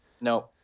No